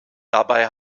dabei